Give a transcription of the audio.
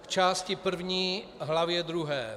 K části první hlavě druhé